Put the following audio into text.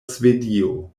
svedio